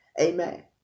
Amen